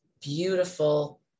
beautiful